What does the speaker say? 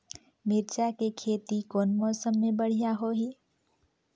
मिरचा के खेती कौन मौसम मे बढ़िया होही?